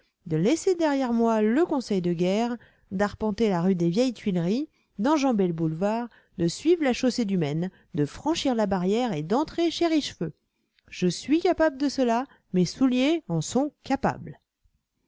de laisser derrière moi le conseil de guerre d'arpenter la rue des vieilles tuileries d'enjamber le boulevard de suivre la chaussée du maine de franchir la barrière et d'entrer chez richefeu je suis capable de cela mes souliers en sont capables